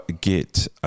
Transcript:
get –